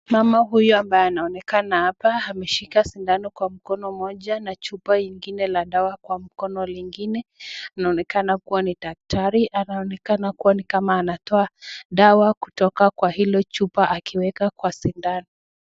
Mama huyu ambaye anaonekana hapa ameshika shindano kwa mkono moja na chupa ingine ya dawa kwa mkono lingine ,anaonekana ni dakitari anaonekanakuwa nikama anatoa dawa kwa hilo chupa akiweka kwa shindano.